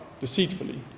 deceitfully